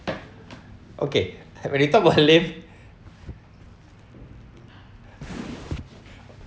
okay when you talk about laym~